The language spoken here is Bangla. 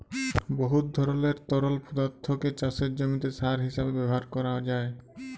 বহুত ধরলের তরল পদাথ্থকে চাষের জমিতে সার হিঁসাবে ব্যাভার ক্যরা যায়